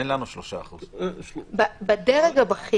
אין לנו 3%. בדרג הבכיר